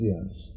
anos